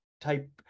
type